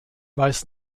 weiß